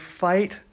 fight